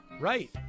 Right